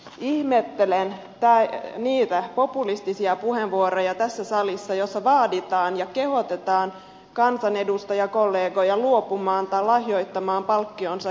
ihmettelen niitä populistisia puheenvuoroja tässä salissa joissa vaaditaan ja kehoitetaan kansanedustajakollegoja luopumaan palkkioistaan tai lahjoittamaan ne hyväntekeväisyyteen